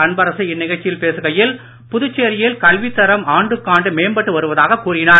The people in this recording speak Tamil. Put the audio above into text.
அன்பரசு இந்நிகழ்ச்சியில் பேசுகையில் புதுச்சேரியில் கல்வித்தரம் ஆண்டுக்காண்டு மேம்பட்டு வருவதாக கூறினார்